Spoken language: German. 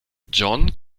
john